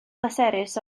pleserus